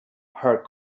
her